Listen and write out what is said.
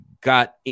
got